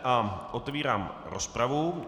A otevírám rozpravu.